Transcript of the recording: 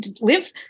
Live